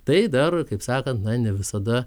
tai dar kaip sakant na ne visada